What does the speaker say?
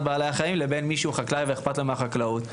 בעלי החיים לבין מי שהוא חקלאי ואכפת לו מהחקלאות.